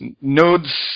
nodes